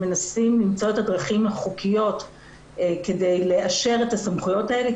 מנסים למצוא את הדרכים החוקיות כדי לאשר את הסמכויות האלה,